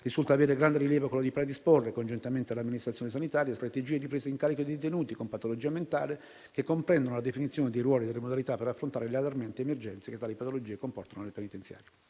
risulta avere grande rilievo quello di predisporre, congiuntamente all'amministrazione sanitaria, strategie di presa in carico dei detenuti con patologia mentale che comprendono la definizione dei ruoli e delle modalità per affrontare le allarmanti emergenze che tali patologie comportano nel penitenziario.